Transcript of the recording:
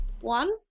one